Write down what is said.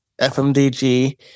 FMDG